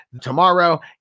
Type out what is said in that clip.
tomorrow